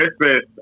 Christmas